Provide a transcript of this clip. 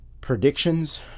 predictions